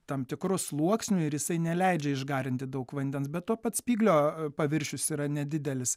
tam tikru sluoksniu ir jisai neleidžia išgarinti daug vandens be to pats spyglio paviršius yra nedidelis